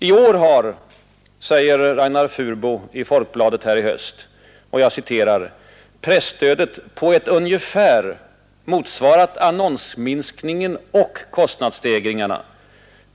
I år har — säger Ragnar Furbo i Folkbladet nu i höst — ”presstödet på ett ungefär motsvarat annonsminskningen och kostnadsstegringarna.